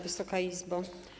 Wysoka Izbo!